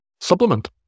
supplement